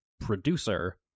producer